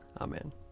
Amen